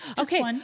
Okay